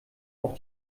auch